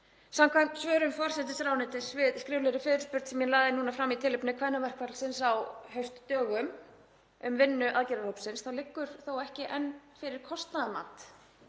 Samkvæmt svörum forsætisráðuneytis við skriflegri fyrirspurn sem ég lagði fram í tilefni kvennaverkfallsins á haustdögum um vinnuaðferðir hópsins þá liggur ekki enn fyrir kostnaðarmat